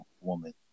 woman